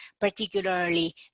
particularly